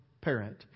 parent